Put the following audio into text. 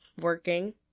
Working